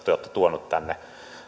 tuonut tänne